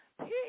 peace